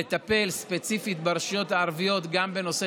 לטפל ספציפית ברשויות הערביות גם בנושא